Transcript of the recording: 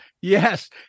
Yes